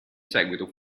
seguito